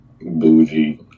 Bougie